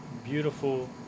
beautiful